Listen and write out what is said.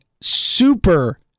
super